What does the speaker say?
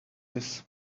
this